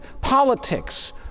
politics